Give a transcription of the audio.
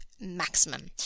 maximum